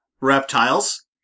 reptiles